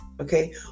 Okay